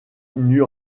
n’eut